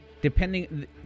depending